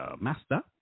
master